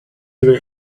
even